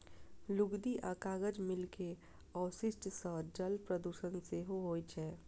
लुगदी आ कागज मिल के अवशिष्ट सं जल प्रदूषण सेहो होइ छै